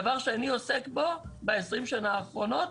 דבר שאני עוסק ב-20 השנים האחרונות,